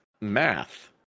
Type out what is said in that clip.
math